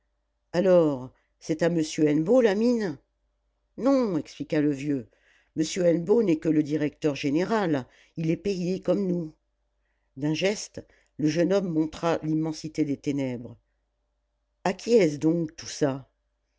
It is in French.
alors c'est à monsieur hennebeau la mine non expliqua le vieux monsieur hennebeau n'est que le directeur général il est payé comme nous d'un geste le jeune homme montra l'immensité des ténèbres a qui est-ce donc tout ça